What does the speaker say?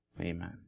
Amen